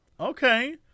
okay